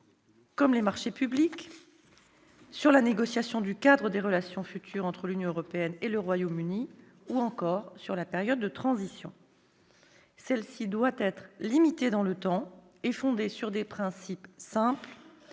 comme les marchés publics, la négociation du cadre des relations futures entre l'Union européenne et le Royaume-Uni ou encore la période de transition. Cette dernière doit être limitée dans le temps et fondée sur des principes simples,